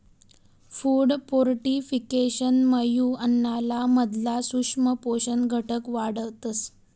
food फोर्टिफिकेशनमुये अन्नाना मधला सूक्ष्म पोषक घटक वाढतस